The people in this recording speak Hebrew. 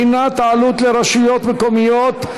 בחינת העלות לרשויות מקומיות),